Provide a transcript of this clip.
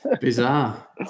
bizarre